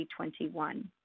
2021